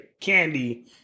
candy